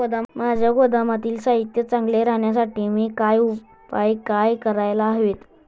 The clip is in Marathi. माझ्या गोदामातील साहित्य चांगले राहण्यासाठी मी काय उपाय काय करायला हवेत?